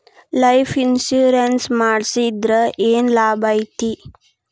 Life insurance ಮಾಡ್ಸಿದ್ರ ಏನ್ ಲಾಭೈತಿ?